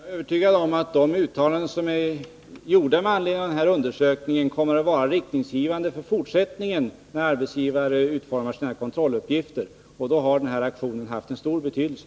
Herr talman! Jag är övertygad om att de uttalanden som är gjorda med anledning av den här undersökningen kommer att vara riktningsgivande för fortsättningen, när arbetsgivare utformar sina kontrolluppgifter, och då har aktionen haft en stor betydelse.